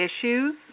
issues